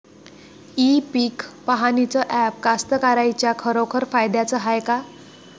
इ पीक पहानीचं ॲप कास्तकाराइच्या खरोखर फायद्याचं हाये का?